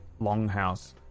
longhouse